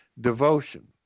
devotion